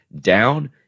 down